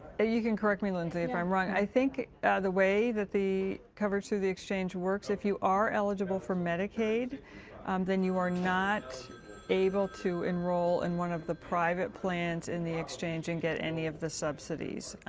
you can correct me, lindsey, if i'm wrong. i think the way the the coverage through the exchange works, if you are eligible for medicaid then you are not able to enroll in one of the private plans in the exchange and get any of the subsidies.